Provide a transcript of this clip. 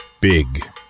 Big